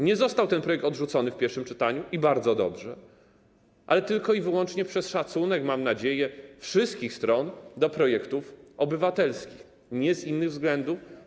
Nie został ten projekt odrzucony w pierwszym czytaniu, i bardzo dobrze, ale tylko i wyłącznie przez szacunek, mam nadzieję, wszystkich stron do projektów obywatelskich, nie z innych względów.